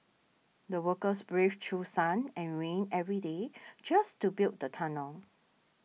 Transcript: the workers braved through sun and rain every day just to build the tunnel